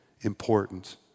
important